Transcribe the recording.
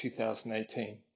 2018